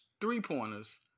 three-pointers